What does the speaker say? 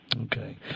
Okay